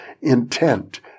intent